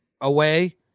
away